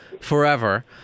forever